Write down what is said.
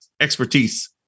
expertise